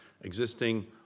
Existing